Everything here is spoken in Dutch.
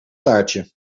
staartje